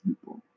people